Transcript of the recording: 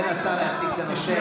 תן לשר להציג את הנושא.